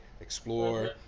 explore